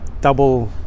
double